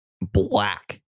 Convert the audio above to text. black